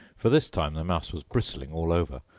for this time the mouse was bristling all over,